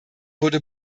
wurde